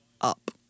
up